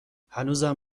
هنوزم